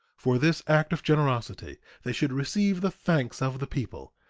for this act of generosity they should receive the thanks of the people,